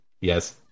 Yes